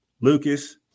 Lucas